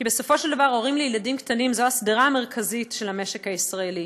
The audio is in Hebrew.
כי בסופו של דבר הורים לילדים קטנים הם השדרה המרכזית של המשק הישראלי.